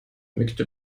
nickte